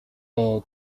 may